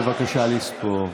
בבקשה לספור.